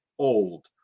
old